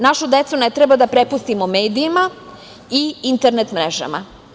Našu decu ne treba da prepustimo medijima i internet mrežama.